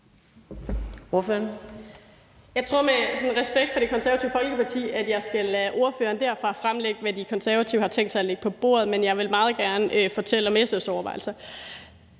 jeg med respekt for Det Konservative Folkeparti skal lade ordføreren derfra fremlægge, hvad De Konservative har tænkt sig at lægge på bordet, men jeg vil meget gerne fortælle om SF's overvejelser.